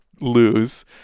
lose